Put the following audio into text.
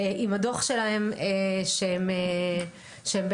עם הדוח שלהם שהם הוציאו